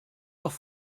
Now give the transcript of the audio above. doch